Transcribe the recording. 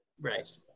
Right